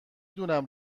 دونم